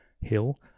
Hill